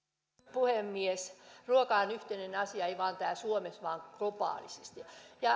puhemies ruoka on yhteinen asia ei vain täällä suomessa vaan globaalisti